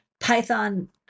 Python